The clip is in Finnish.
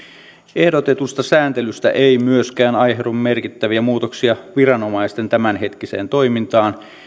ehdotetusta sääntelystä ei myöskään aiheudu merkittäviä muutoksia viranomaisten tämänhetkiseen toimintaan